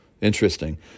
Interesting